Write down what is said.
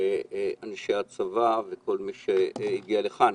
אנשי הצבא וכל מי שהגיע לכאן.